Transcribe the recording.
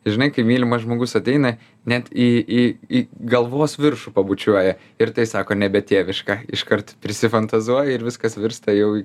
žinai kai mylimas žmogus ateina net į į į galvos viršų pabučiuoja ir tai sako nebe tėviška iškart prisifantazuoji ir viskas virsta jau į